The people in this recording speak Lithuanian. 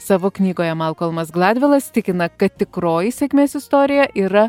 savo knygoje malkolmas gladvilas tikina kad tikroji sėkmės istorija yra